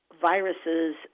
viruses